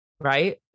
Right